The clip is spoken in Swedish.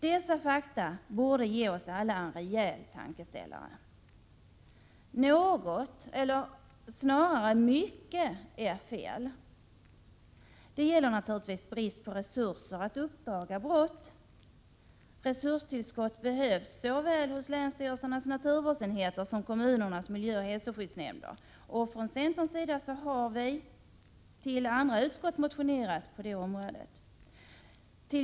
Dessa fakta borde ge oss alla en rejäl tankeställare. Något, eller snarare mycket, är fel. Det gäller naturligtvis brist på resurser för att uppdaga brott. Resurstillskott behövs såväl hos länsstyrelsernas naturvårdsenheter som hos kommunernas miljöoch hälsoskyddsnämnder. Från centerns sida har vi väckt motioner på området som behandlas i andra utskott än justitieutskottet.